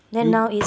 you